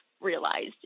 realized